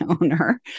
Owner